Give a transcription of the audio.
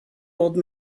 old